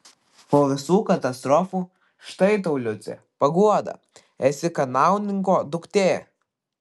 po visų katastrofų štai tau liuce paguoda esi kanauninko duktė